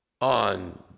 on